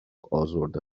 ازرده